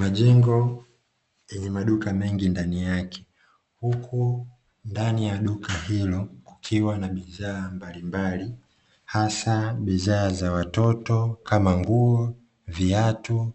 Majengo yenye maduka mengi ndani yake, huku ndani ya duka hilo kukiwa na bidhaa mbalimbali hasa bidhaa za watoto, kama nguo, viatu,